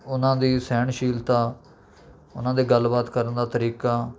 ਉਹਨਾਂ ਦੀ ਸਹਿਣਸ਼ੀਲਤਾ ਉਹਨਾਂ ਦੇ ਗੱਲਬਾਤ ਕਰਨ ਦਾ ਤਰੀਕਾ